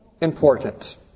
important